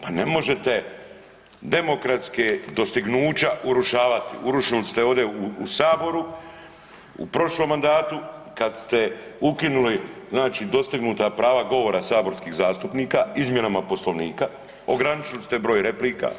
Pa ne možete demokratske dostignuća urušavati, urušili ste ovdje u saboru u prošlom mandatu kad ste ukinuli znači dostignuta prava govora saborskih zastupnika izmjenama Poslovnika, ograničili ste broj replika,